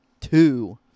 Two